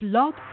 Blog